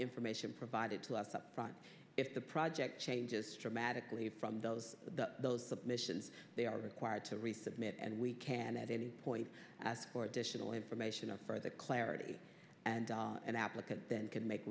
information provided to us up front if the project changes dramatically from those submissions they are required to resubmit and we can at any point ask for additional information for the clarity and an applicant then can make